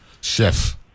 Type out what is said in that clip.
chef